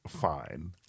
fine